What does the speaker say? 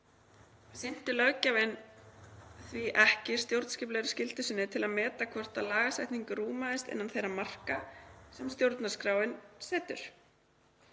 sinnti löggjafinn því ekki stjórnskipulegri skyldu sinni til að meta hvort lagasetning rúmaðist innan þeirra marka sem stjórnarskráin setur.““